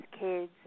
kids